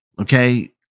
okay